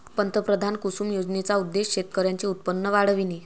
पंतप्रधान कुसुम योजनेचा उद्देश शेतकऱ्यांचे उत्पन्न वाढविणे